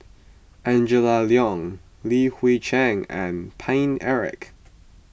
Angela Liong Li Hui Cheng and Paine Eric